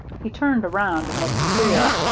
he turned around and looked queer,